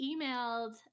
emailed